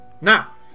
now